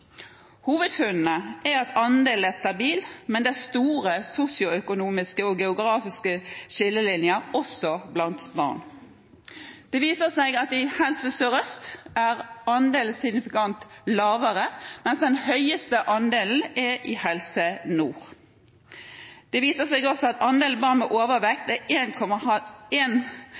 Hovedfunnene er at andelen er stabil, men det er store sosioøkonomiske og geografiske skillelinjer også blant barn. Det viser seg at i Helse Sør-Øst er andelen signifikant lavere, mens den høyeste andelen er i Helse Nord. Det viser seg også at andelen barn med